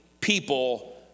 people